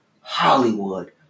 Hollywood